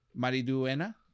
Mariduena